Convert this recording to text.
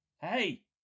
hey